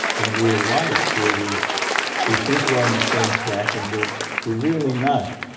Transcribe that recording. in real life where we we think we're on the same track, and we're really not.